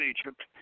Egypt